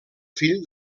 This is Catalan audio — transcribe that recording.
fill